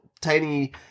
tiny